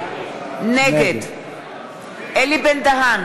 נגד אלי בן-דהן,